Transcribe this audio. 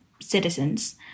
citizens